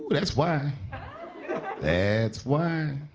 but that's why that's why